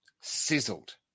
sizzled